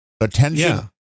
Attention